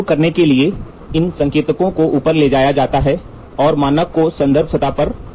शुरू करने के लिए इन संकेतकों को ऊपर ले जाया जाता है और मानक को संदर्भ सतह पर रखा जाता है